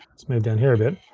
let's move down here a bit.